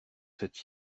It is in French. cette